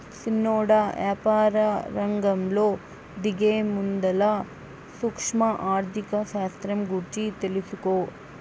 సిన్నోడా, యాపారరంగంలో దిగేముందల సూక్ష్మ ఆర్థిక శాస్త్రం గూర్చి తెలుసుకో